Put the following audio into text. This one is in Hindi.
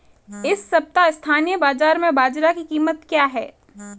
इस सप्ताह स्थानीय बाज़ार में बाजरा की कीमत क्या है?